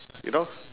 you know